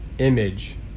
Image